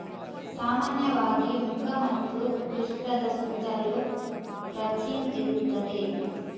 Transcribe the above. ಸಾಮಾನ್ಯವಾಗಿ ಮುಖ ಮತ್ತು ಪೃಷ್ಠದ ಸುತ್ತಲೂ ಕ್ರಚಿಂಗ್ ಇರುತ್ತದೆ